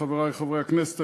חברי חברי הכנסת,